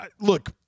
look